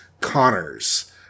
Connors